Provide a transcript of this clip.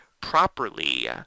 properly